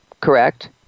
correct